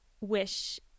wish